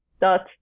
dot